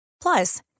Plus